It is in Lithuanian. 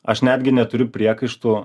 aš netgi neturiu priekaištų